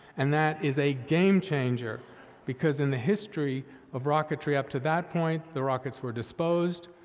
and that is a game-changer because in the history of rocketry up to that point, the rockets were disposed.